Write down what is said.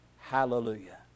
hallelujah